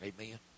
Amen